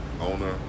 owner